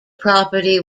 property